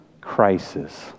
Crisis